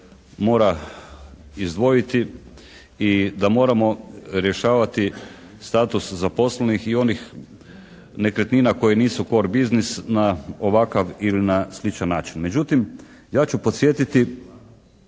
mora izdvojiti i da moramo rješavati status zaposlenih i onih nekretnina koje nisu "core buissness" na ovakav ili na sličan način. Međutim, ja ću podsjetiti